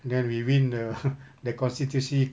then we win the !huh! the konstitusi